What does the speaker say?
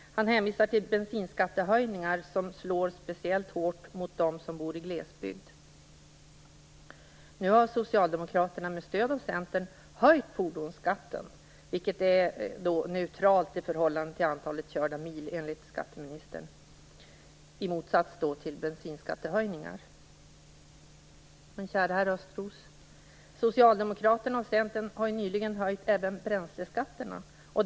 Han hänvisar till bensinskattehöjningar som slår speciellt hårt mot dem som bor i glesbygd. Nu har Socialdemokraterna, med stöd av Centern, höjt fordonsskatten, vilket enligt skatteministern är neutralt i förhållande till antalet körda mil - detta i motsats till bensinskattehöjningar. Centern har ju nyligen höjt även bränsleskatterna.